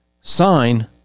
sign